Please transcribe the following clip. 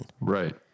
Right